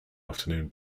afternoon